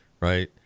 right